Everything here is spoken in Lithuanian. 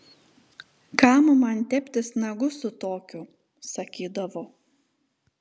kam man teptis nagus su tokiu sakydavo